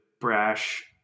brash